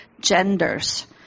genders